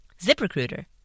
ZipRecruiter